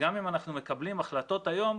וגם אם אנחנו מקבלים החלטות היום,